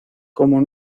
como